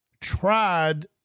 tried